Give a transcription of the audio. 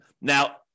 Now